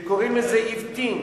שקוראים לזה אבטין.